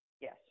Yes